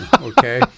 okay